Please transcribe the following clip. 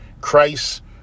Christ